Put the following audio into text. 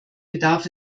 bedarf